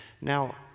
Now